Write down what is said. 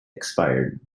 expired